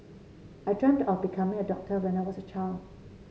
I dreamt of becoming a doctor when I was a child